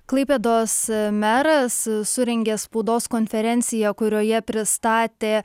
klaipėdos meras surengė spaudos konferenciją kurioje pristatė